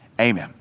amen